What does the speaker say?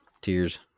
Tears